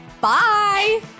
Bye